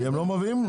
כי הם לא מעבירים לה